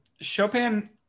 Chopin